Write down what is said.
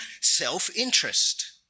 self-interest